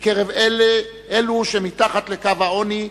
בקרב אלו שמתחת לקו העוני,